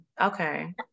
Okay